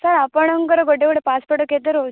sir ଆପଣଙ୍କର ଗୋଟେ ଗୋଟେ ପାସପୋର୍ଟ୍ କେତେ ରହୁଛି